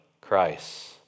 Christ